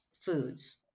foods